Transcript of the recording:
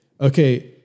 Okay